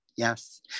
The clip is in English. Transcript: Yes